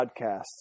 podcasts